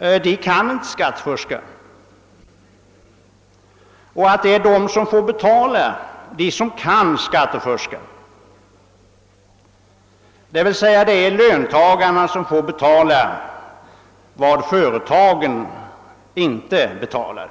inte kan skattefuska, utan att det tvärtom är de som får betala för dem som kan göra det. Det är alltså löntagarna som måste betala vad företagen inte betalar.